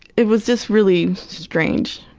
it was just really strange,